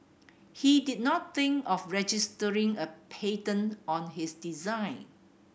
he did not think of registering a patent on his design